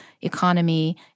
economy